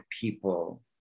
people